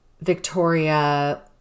Victoria